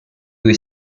due